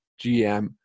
GM